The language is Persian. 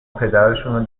پدرشونو